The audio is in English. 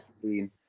clean